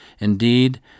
Indeed